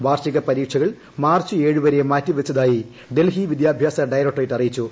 വാർഷിക പരീക്ഷകൾ മാർച്ച് ഏഴ് വരെ മാറ്റിവച്ചതായി ഡൽഹി വിദ്യാഭ്യാസ ഡയറക്ടറേറ്റ് അറിയിച്ചു